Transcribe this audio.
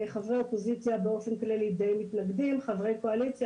חברי אופוזיציה באופן כללי די מתנגדים וחברי קואליציה,